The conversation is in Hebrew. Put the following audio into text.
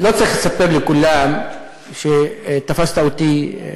ולא צריך לספר לכולם שתפסת אותי,